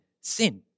sin